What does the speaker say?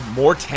more